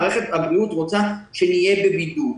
מערכת הבריאות רוצה שנהיה בבידוד.